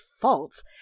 fault